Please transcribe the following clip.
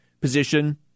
position